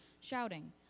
shouting